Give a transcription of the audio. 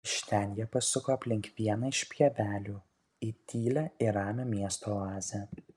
iš ten jie pasuko aplink vieną iš pievelių į tylią ir ramią miesto oazę